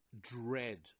dread